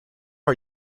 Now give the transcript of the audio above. are